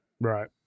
Right